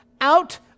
out